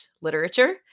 literature